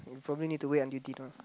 for me need to wait until dinner